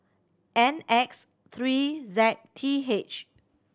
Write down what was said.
N X three Z T H